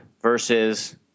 versus